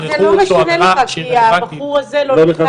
רכוש או עבירה שהיא רלוונטית --- לא נכנס